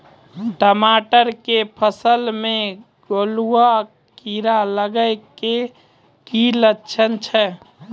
टमाटर के फसल मे गलुआ कीड़ा लगे के की लक्छण छै